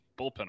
bullpen